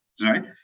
right